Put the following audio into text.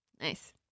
nice